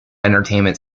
entertainment